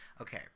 Okay